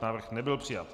Návrh nebyl přijat.